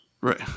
Right